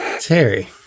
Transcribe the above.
Terry